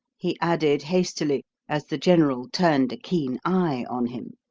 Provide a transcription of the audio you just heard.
he added hastily as the general turned a keen eye on him.